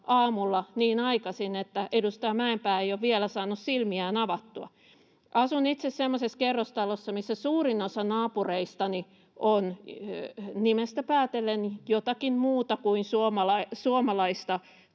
aamulla niin aikaisin, että edustaja Mäenpää ei ole vielä saanut silmiään avattua. Asun itse semmoisessa kerrostalossa, missä suurin osa naapureistani on nimestä päätellen jotakin muuta kuin suomalaista